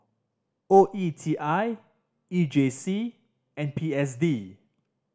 O E T I E J C and P S D